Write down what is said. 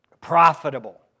Profitable